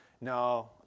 no